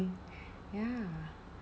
ya